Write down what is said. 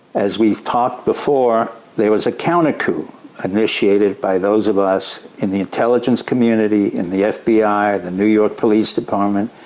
as we've talked before, there was a counter-coup initiated by those of us in the intelligence community, in the fbi, the new york police department,